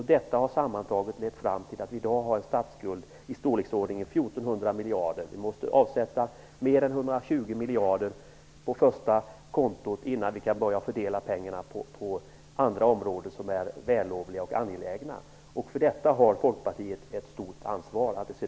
Detta har sammantaget lett fram till att vi i dag har en statsskuld i storleksordningen 1 400 miljarder kronor. Vi måste avsätta mer än 120 miljarder kronor på första kontot innan vi kan börja fördela pengarna på andra områden som är vällovliga och angelägna. Att det ser ut på detta sätt har Folkpartiet ett stort ansvar för.